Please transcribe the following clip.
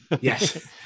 Yes